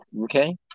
okay